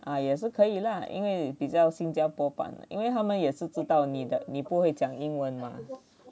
啊也是可以了啦因为比较新加坡版因为他们也是知道你的你不会讲英文 mah